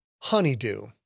Honeydew